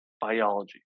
biology